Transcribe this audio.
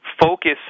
focus